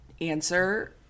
answer